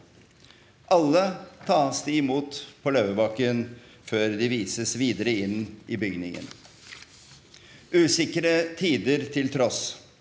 Alle tas imot på Løvebakken før de vises videre inn i bygningen. Usikre tider til tross